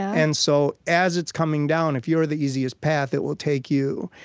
and so as it's coming down, if you're the easiest path, it will take you.